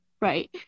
Right